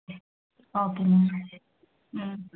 okay